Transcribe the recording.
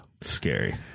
scary